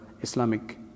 Islamic